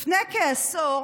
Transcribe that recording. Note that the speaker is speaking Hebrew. לפני כעשור